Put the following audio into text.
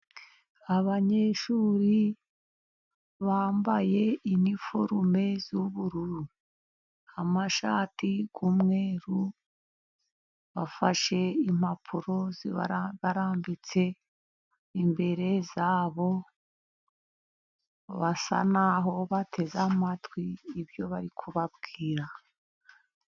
Abanyeshuri bambaye iniforume z'ubururu, amashati y'umweru bafashe impapuro zibarambitse imbere yabo basa naho bateze amatwi ibyo bari kubabwira.